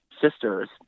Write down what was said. sisters